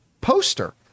poster